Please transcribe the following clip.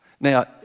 Now